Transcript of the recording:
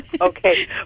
Okay